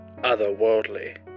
otherworldly